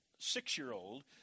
six-year-old